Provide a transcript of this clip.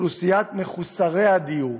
אוכלוסיית מחוסרי הדיור,